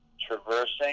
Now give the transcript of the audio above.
traversing